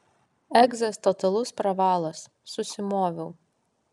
egzas totalus pravalas susimoviau